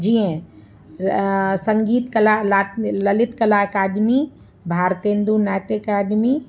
जीअं संगीत कला ला ललित कला अकादमी भारतेंदु नाट्य अकेडमी